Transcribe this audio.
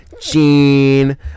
Gene